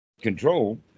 control